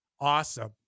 Awesome